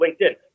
LinkedIn